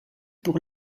pour